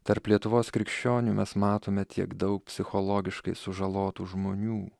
tarp lietuvos krikščionių mes matome tiek daug psichologiškai sužalotų žmonių